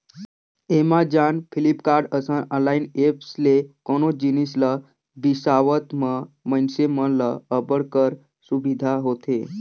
Amazon, Flipkart, असन online apps ले कोनो जिनिस ल बिसावत म मइनसे मन ल अब्बड़ कर सुबिधा होथे